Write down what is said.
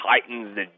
Titans